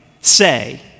say